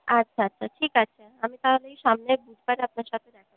আচ্ছা আচ্ছা ঠিক আছে আমি তাহলে এই সামনের বুধবারে আপনার সাথে দেখা